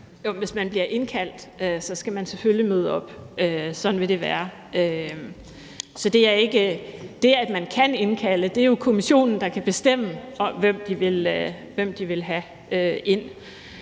Hvis man bliver indkaldt, skal man selvfølgelig møde op. Sådan vil det være. Så det, at man kan indkalde, betyder jo, at det er Kommissionen, der kan bestemme, hvem de vil have ind.